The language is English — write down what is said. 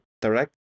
direct